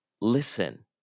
listen